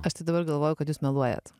aš tai dabar galvoju kad jūs meluojat